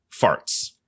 farts